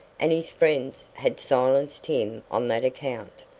and his friends had silenced him on that account.